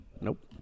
Nope